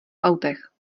autech